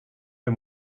der